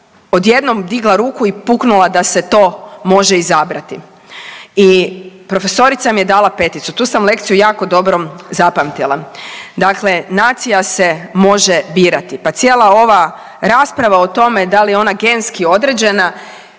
odjednom digla ruku i puknula da se to može izabrati. I profesorica mi je dala peticu, tu sam lekciju jako dobro zapamtila. Dakle, nacija se može birati, pa cijela ova rasprava o tome da li je ona genski određena